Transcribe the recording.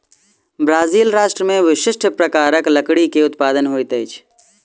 Brazil राष्ट्र में विशिष्ठ प्रकारक लकड़ी के उत्पादन होइत अछि